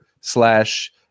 slash